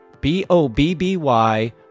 B-O-B-B-Y